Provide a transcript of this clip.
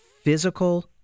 Physical